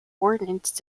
ordnance